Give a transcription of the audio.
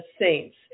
saints